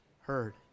Heard